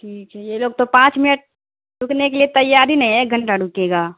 ٹھیک ہے یہ لوگ تو پانچ منٹ رکنے کے لیے تیار ہی نہیں ہے ایک گھنٹہ رکے گا